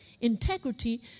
Integrity